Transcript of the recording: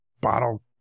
bottle